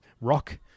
Rock